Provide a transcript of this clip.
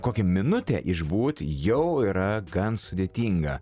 kokią minutę išbūt jau yra gan sudėtinga